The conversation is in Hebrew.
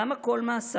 למה כל מאסר?